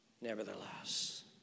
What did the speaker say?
nevertheless